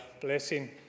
blessing